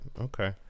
Okay